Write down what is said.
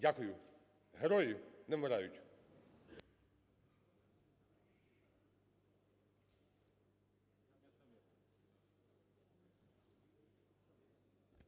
Дякую. Герої не вмирають!